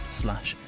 slash